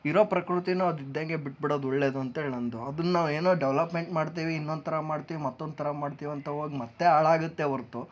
ಇರೋ ಪ್ರಕೃತಿಯೂ ಅದು ಇದ್ದಂಗೆ ಬಿಟ್ಬಿಡೋದು ಒಳ್ಳೇದು ಅಂತ ಹೇಳಿ ನಂದು ಅದನ್ನು ಏನೋ ಡೆವೆಲಪ್ಮೆಂಟ್ ಮಾಡ್ತೀವಿ ಇನ್ನೊಂದು ಥರ ಮಾಡ್ತೀವಿ ಮತ್ತೊಂದು ಥರ ಮಾಡ್ತೀವಿ ಅಂತ ಹೋಗಿ ಮತ್ತೆ ಹಾಳಾಗುತ್ತೆ ಹೊರತು